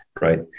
right